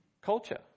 culture